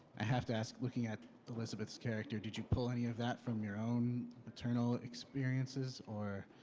i have to ask, looking at elizabeth's character, did you pull any of that from your own maternal experiences? or,